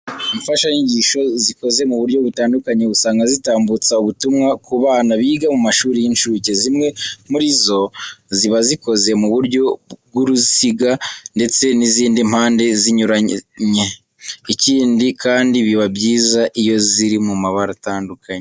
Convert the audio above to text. Imfashanyigisho zikoze mu buryo butandukanye, usanga zitambutsa ubutumwa ku bana biga mu mashuri y'incuke. Zimwe muri zo ziba zikoze mu buryo bw'urusiga ndetse n'izindi mpande zinyuranye. Ikindi kandi biba byiza iyo ziri mu mabara atandukanye.